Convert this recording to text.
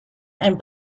and